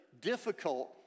difficult